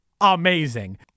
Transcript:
amazing